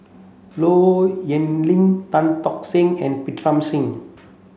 Low Yen Ling Tan Tock Seng and Pritam Singh